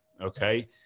okay